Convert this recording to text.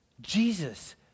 Jesus